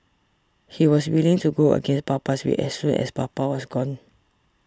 he was willing to go against papa's wish as soon as papa was gone